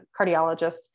cardiologist